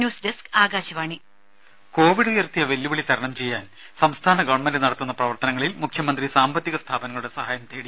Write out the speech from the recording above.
news desk Akashvani രുമ Covid ഉയർത്തിയ വെല്ലുവിളി തരണം ചെയ്യാൻ സംസ്ഥാന ഗവൺമെന്റ് നടത്തുന്ന പ്രവർത്തനങ്ങളിൽ മുഖ്യമന്ത്രി സാമ്പത്തിക സ്ഥാപനങ്ങളുടെ സഹായം തേടി